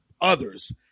others